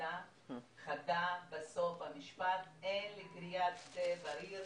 נקודה חדה בסוף המשפט, אין לכריית שדה בריר,